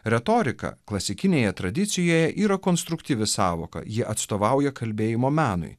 retorika klasikinėje tradicijoje yra konstruktyvi sąvoka ji atstovauja kalbėjimo menui